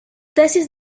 tesis